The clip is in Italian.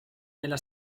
nella